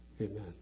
Amen